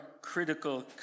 critical